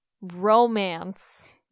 romance